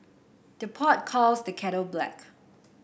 the pot calls the kettle black